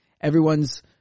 everyone's